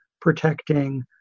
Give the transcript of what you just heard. protecting